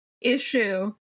issue